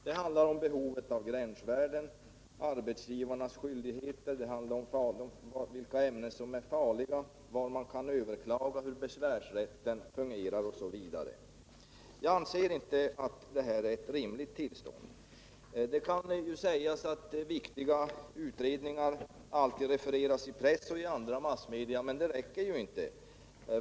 Det handlar om behovet av gränsvärden, arbetsgivarnas skyldigheter, vilka ämnen som är farliga, var man kan överklaga, hur besvärsrätten fungerar osv. Jag anser inte att detta är ett rimligt tillstånd. Det kan sägas att viktiga utredningar alltid refereras i press och andra massmedia, men det räcker inte.